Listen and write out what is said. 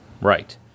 Right